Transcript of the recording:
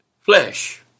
flesh